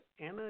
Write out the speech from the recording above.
Anna